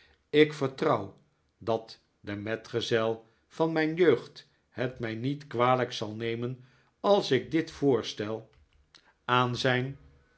ik vertrouw dat de metgezel van mijn jeugd het mij niet kwalijk zal nemen als ik dit voorstel aan zijn